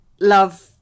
love